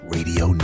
Radio